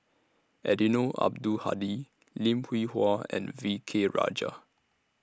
Eddino Abdul Hadi Lim Hwee Hua and V K Rajah